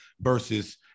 versus